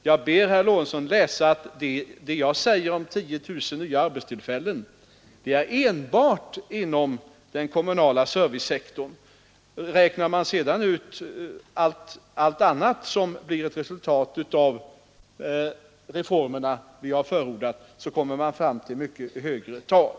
Jag ber herr Lorentzon observera att det jag säger om 10 000 nya arbetstillfällen enbart gäller den kommunala servicesektorn. Lägger man därtill allt annat som blir ett resultat av de reformer vi föreslagit, kommer man fram till ett mycket högre tal.